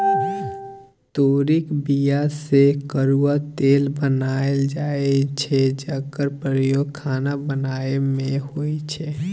तोरीक बीया सँ करुआ तेल बनाएल जाइ छै जकर प्रयोग खाना बनाबै मे होइ छै